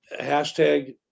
Hashtag